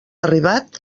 arribat